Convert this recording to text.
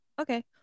okay